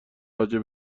راجع